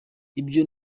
ibyo